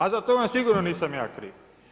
A za to vam sigurno nisam ja kriv.